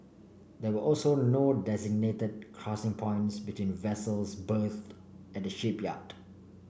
there were also no designated crossing points between vessels berthed at shipyard